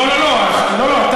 לא, לא.